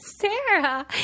Sarah